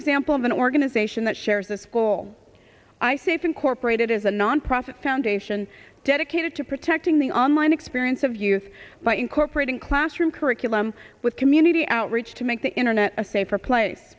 example of an organization that shares a school i saved incorporated as a nonprofit foundation dedicated to protecting the online experience of youth by incorporating classroom curriculum with community outreach to make the internet a safer place